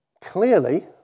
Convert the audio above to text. clearly